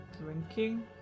drinking